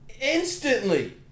instantly